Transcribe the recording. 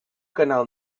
canal